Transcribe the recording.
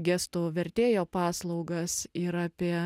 gestų vertėjo paslaugas ir apie